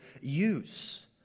use